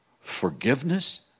forgiveness